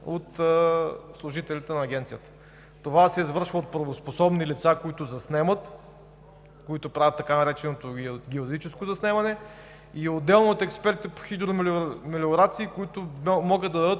от служителите на Агенцията. Това се извършва от правоспособни лица, които заснемат, които правят така нареченото юридическо заснемане и отделно от експертите по хидромелиорации, които могат да дадат